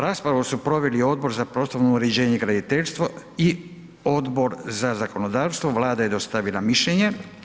Raspravu su proveli odbor za prostorno uređenje i graditeljstvo i Odbor za zakonodavstvo, Vlada je dostavila mišljenje.